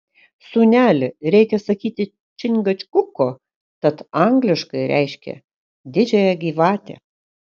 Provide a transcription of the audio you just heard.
sūneli reikia sakyti čingačguko tat angliškai reiškia didžiąją gyvatę